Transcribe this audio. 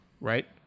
right